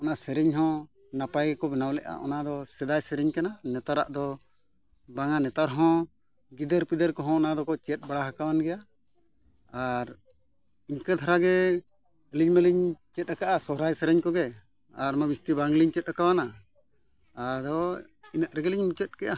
ᱚᱱᱟ ᱥᱮᱨᱮᱧ ᱦᱚᱸ ᱱᱟᱯᱟᱭ ᱜᱮᱠᱚ ᱵᱮᱱᱟᱣ ᱞᱮᱫᱼᱟ ᱚᱱᱟ ᱫᱚ ᱥᱮᱫᱟᱭ ᱥᱮᱨᱮᱧ ᱠᱟᱱᱟ ᱱᱮᱛᱟᱨᱟᱜ ᱫᱚ ᱵᱟᱝᱟ ᱱᱮᱛᱟᱨ ᱦᱚᱸ ᱜᱤᱫ ᱟᱹᱨᱼᱯᱤᱫᱟᱹᱨ ᱠᱚᱦᱚᱸ ᱚᱱᱟ ᱫᱚᱠᱚ ᱪᱮᱫ ᱵᱟᱲᱟ ᱟᱠᱟᱣᱱ ᱜᱮᱭᱟ ᱟᱨ ᱤᱱᱠᱟᱹ ᱫᱷᱟᱨᱟ ᱜᱮ ᱟᱹᱞᱤᱧ ᱢᱟᱹᱞᱤᱧ ᱪᱮᱫ ᱟᱠᱟᱜᱼᱟ ᱥᱚᱦᱨᱟᱭ ᱥᱮᱨᱮᱧ ᱠᱚᱜᱮ ᱟᱨᱢᱟ ᱡᱟᱹᱥᱛᱤ ᱵᱟᱝᱞᱤᱧ ᱪᱮᱫ ᱠᱟᱣᱱᱟ ᱟᱫᱚ ᱤᱱᱟᱹᱜ ᱨᱮᱜᱮᱞᱤᱧ ᱢᱩᱪᱟᱹᱫ ᱠᱮᱫᱼᱟ